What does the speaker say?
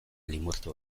limurtu